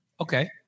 Okay